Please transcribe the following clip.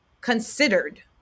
considered